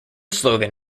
slogan